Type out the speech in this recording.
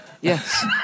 Yes